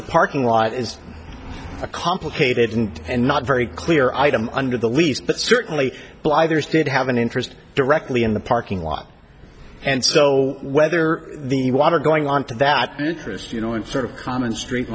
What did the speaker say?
the parking lot is a complicated and and not very clear item under the lease but certainly blither is did have an interest directly in the parking lot and so whether the water going on to that chris you know it sort of common street